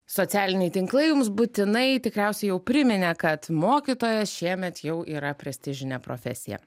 socialiniai tinklai jums būtinai tikriausiai jau priminė kad mokytojas šiemet jau yra prestižinė profesija